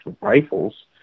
rifles